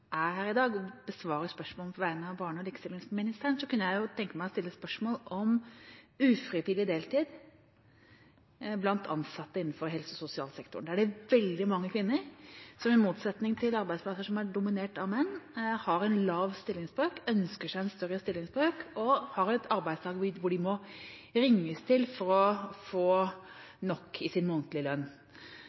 her i dag og besvarer spørsmålet på vegne av barne- og likestillingsministeren, kunne jeg tenke meg å stille spørsmål om ufrivillig deltid blant ansatte innenfor helse- og sosialsektoren. Der er det veldig mange kvinner, som i motsetning til arbeidsplasser som er dominert av menn, har en lav stillingsbrøk, ønsker seg en større stillingsbrøk og har en arbeidsdag som er slik at de må ringes til for å få nok i månedlig lønn.